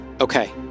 Okay